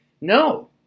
No